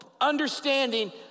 understanding